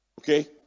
okay